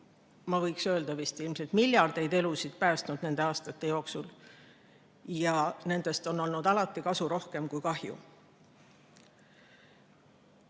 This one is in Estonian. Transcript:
ma võiks öelda, ilmselt miljardeid elusid päästnud nende aastate jooksul. Ja nendest on olnud alati kasu rohkem kui kahju. Ei